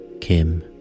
kim